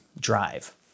drive